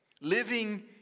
living